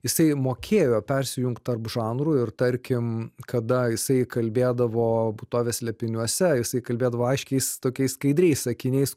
jisai mokėjo persijungt tarp žanrų ir tarkim kada jisai kalbėdavo būtovės slėpiniuose jisai kalbėdavo aiškiais tokiais skaidriais sakiniais